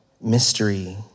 mystery